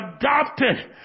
adopted